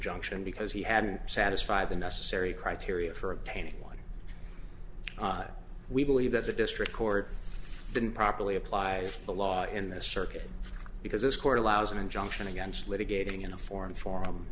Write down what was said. injunction because he hadn't satisfy the necessary criteria for obtaining one we believe that the district court didn't properly apply the law in this circuit because this court allows an injunction against litigating in a forum forum